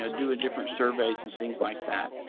know, doing different surveys and things like that.